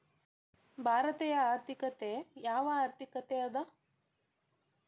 ಭಾರತೇಯ ಆರ್ಥಿಕತೆ ಯಾವ ರೇತಿಯ ಆರ್ಥಿಕತೆ ಅದ?